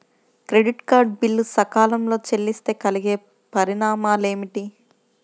Credit card bill సకాలంలో చెల్లిస్తే కలిగే పరిణామాలేమిటి?